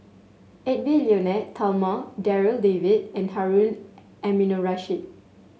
Edwy Lyonet Talma Darryl David and Harun Aminurrashid